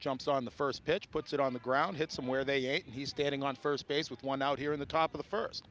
jumps on the first pitch puts it on the ground hit some where they ain't he's standing on first base with one out here in the top of the first